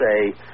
say